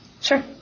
Sure